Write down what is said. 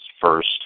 first